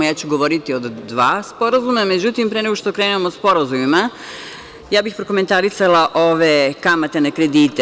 Ja ću govoriti o dva sporazuma, međutim, pre nego što krenem o sporazumima, prokomentarisala bih ove kamate na kredite.